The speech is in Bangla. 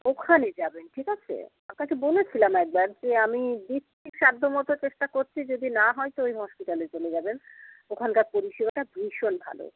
ওখানে যাবেন ঠিক আছে আপনাকে বলেছিলাম একবার যে আমি দেখছি সাধ্য মতো চেষ্টা করছি যদি না হয় তো ওই হসপিটালে চলে যাবেন ওখানকার পরিষেবাটা ভীষণ ভালো